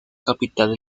capital